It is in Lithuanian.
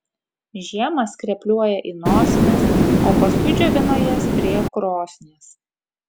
žiemą skrepliuoja į nosines o paskui džiovina jas prie krosnies